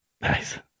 Nice